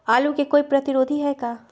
आलू के कोई प्रतिरोधी है का?